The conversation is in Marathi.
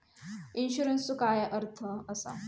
इन्शुरन्सचो अर्थ काय असा?